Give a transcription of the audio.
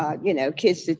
um you know, kids,